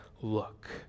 Look